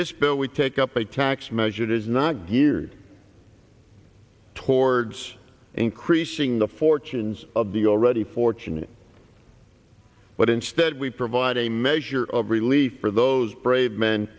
this bill we take up a tax measure it is not geared towards increasing the fortunes of the already fortunate but instead we provide a measure of relief for those brave m